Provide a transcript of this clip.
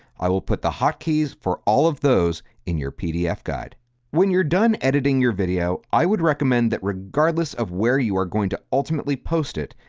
i will put the hotkeys for all of those in your pdf guide when you're done editing your video, i would recommend that regardless of where you are going to ultimately post it,